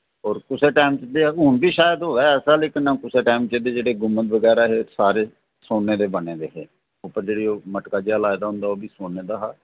कुसे टाइम च ते हून बी शायद होऐ ऐसा कुसै टाइम जेह्ड़े जेह्ड़े गुम्मद बगैरा हे सारे सोने दे बने दे हे उप्पर जेह्ड़ा मटका जेहा लाए दा होंदा ओह् बी सोने दा हा